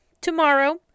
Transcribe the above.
Tomorrow